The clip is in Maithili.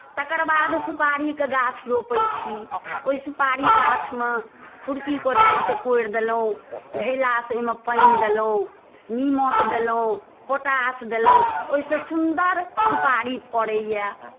तकर बाद सुपारीके गाछ रोपै छी ओहि सुपारी गाछमे खुरपी कोदारि सँ कोरि देलहुँ घैलासँ ओहिमे पानि देलहुँ निमक देलहुँ पोटाश देलहुँ ओहिसँ सुन्दर सुपारी फड़ैए